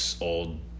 old